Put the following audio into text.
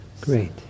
Great